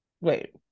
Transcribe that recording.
wait